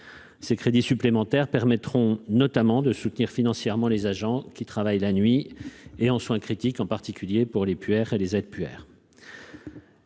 ces crédits supplémentaires permettront notamment de soutenir financièrement les agents qui travaillent la nuit et en soins critiques, en particulier pour les pierres et les aides Pierre.